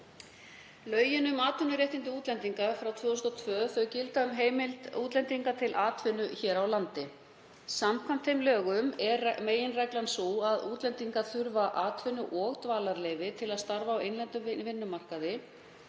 Lögin um atvinnuréttindi útlendinga frá 2001 gilda um heimild útlendinga til atvinnu hér á landi. Samkvæmt lögunum er meginreglan sú að útlendingar þurfa atvinnu- og dvalarleyfi til að starfa á innlendum vinnumarkaði